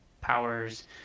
powers